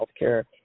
healthcare